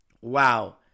Wow